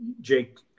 Jake